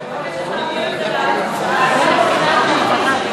(איסור הוצאה מישראל של כספי מסתנן,